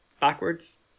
backwards